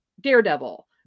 daredevil